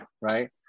right